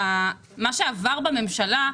מה שעבר בממשלה,